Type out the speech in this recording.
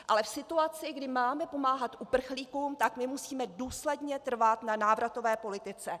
Ale v situaci, kdy máme pomáhat uprchlíkům, tak musíme důsledně trvat na návratové politice.